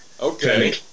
Okay